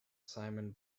simon